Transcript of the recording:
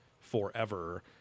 forever